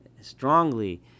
strongly